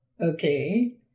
Okay